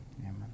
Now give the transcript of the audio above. amen